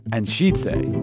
and she'd say.